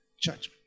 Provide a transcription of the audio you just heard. judgment